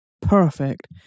perfect